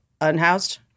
unhoused